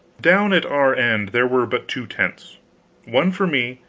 down at our end there were but two tents one for me,